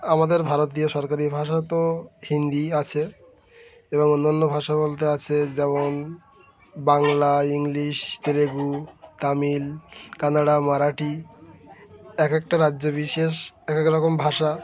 আমাদের ভারতীয় সরকারি ভাষা তো হিন্দি আছে এবং অন্যান্য ভাষা বলতে আছে যেমন বাংলা ইংলিশ তেলেগু তামিল কন্নড় মারাঠি এক একটা রাজ্যে বিশেষ এক এক রকম ভাষা